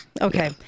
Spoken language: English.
Okay